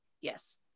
yes